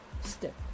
step